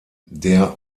der